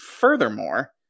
furthermore